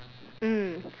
mm